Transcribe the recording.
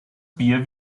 bier